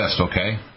okay